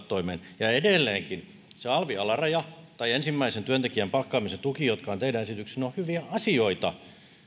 toimeen ja edelleenkin se alvin alaraja tai ensimmäisen työntekijän palkkaamisen tuki jotka ovat teidän esityksessänne ovat hyviä asioita